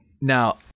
Now